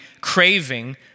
craving